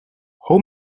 how